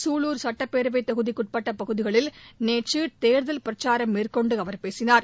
சூலூர் சட்டப்பேரவைத் தொகுதிக்கு உட்பட்ட பகுதிகளில் நேற்று தேர்தல் பிரக்சாரம் மேற்கொண்டு அவர் பேசினார்